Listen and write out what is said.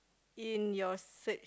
in your search